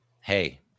hey